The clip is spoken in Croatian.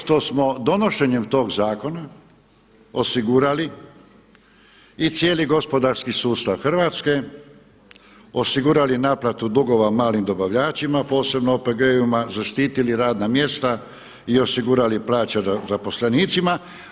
Zato što smo donošenjem tog zakona osigurali i cijeli gospodarski sustav Hrvatske, osigurali naplatu dugova malim dobavljačima, posebno OPG-ovima, zaštitili radna mjesta i osigurali plaće zaposlenicima.